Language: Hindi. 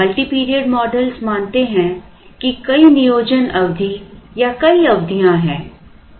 मल्टी पीरियड मॉडल्स मानते हैं कि कई नियोजन अवधि या कई अवधिया हैं